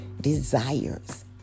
desires